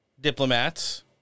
diplomats